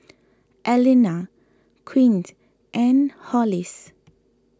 Allena Quint and Hollis